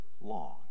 long